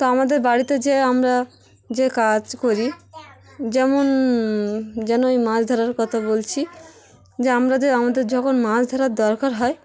তো আমাদের বাড়িতে যে আমরা যে কাজ করি যেমন যেন ওই মাছ ধরার কথা বলছি যে আমরা যে আমাদের যখন মাছ ধরার দরকার হয়